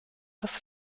das